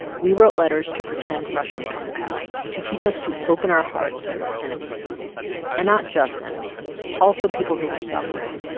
we wrote letters to pretend russian pen pals to teach us to open our hearts to our enemies and not just enemies also people who were suffering.